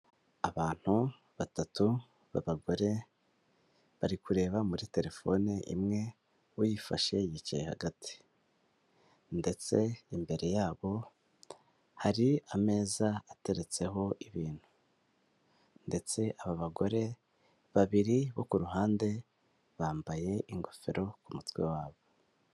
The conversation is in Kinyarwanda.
Abantu batatu b'abagore, bari kureba muri telefone imwe, uyifashe yicaye hagati, ndetse imbere yabo hari ameza ateretseho ibintu, ndetse aba bagore babiri bo ku ruhande bambaye ingofero ku mutwe wabo.